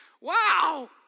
Wow